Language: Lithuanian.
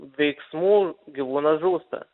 veiksmų gyvūnas žūsta